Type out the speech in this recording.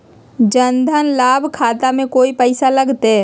जन धन लाभ खाता में कोइ पैसों लगते?